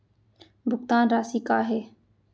भुगतान राशि का हे?